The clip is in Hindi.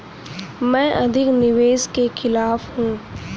मैं अधिक निवेश के खिलाफ हूँ